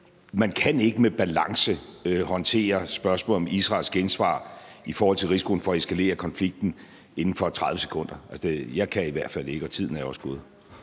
man kan ikke med balance håndtere spørgsmålet om Israels gensvar i forhold til risikoen for at eskalere konflikten inden for 30 sekunder. Jeg kan i hvert fald ikke, og tiden er også gået.